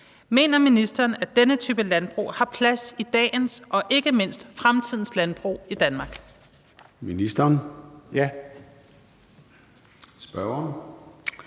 Mener ministeren, at denne type landbrug har plads i dagens og ikke mindst fremtidens landbrug i Danmark?